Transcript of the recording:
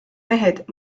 mehed